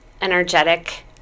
energetic